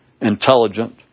intelligent